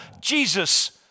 Jesus